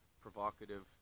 provocative